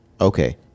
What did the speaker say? Okay